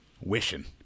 wishing